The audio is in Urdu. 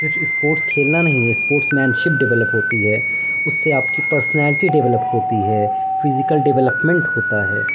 صرف اسپورٹ کھیلنا نہیں اسپورٹس مین شپ ڈیولپ ہوتی ہے اس سے آپ کی پرسنالٹی ڈیولپ ہوتی ہے فزیکل ڈیولپمنٹ ہوتا ہے